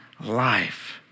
life